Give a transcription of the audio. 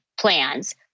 plans